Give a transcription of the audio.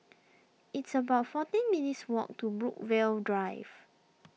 it's about fourteen minutes' walk to Brookvale Drive